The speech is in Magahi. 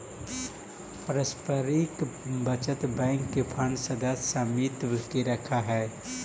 पारस्परिक बचत बैंक के फंड सदस्य समित्व से रखऽ हइ